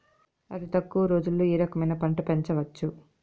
అతి తక్కువ రోజుల్లో ఏ రకమైన పంట పెంచవచ్చు?